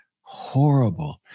horrible